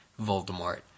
Voldemort